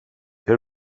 det